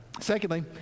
Secondly